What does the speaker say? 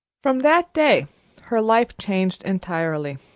from that day her life changed entirely.